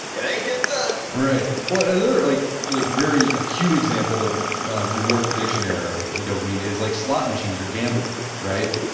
it ain't getting done right. and another like like very acute example of reward prediction error and dopamine is like slot machines or gambling, right?